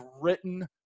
written